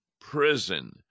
prison